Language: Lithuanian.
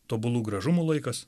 tobulų gražumų laikas